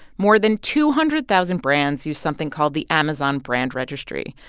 more than two hundred thousand brands use something called the amazon brand registry.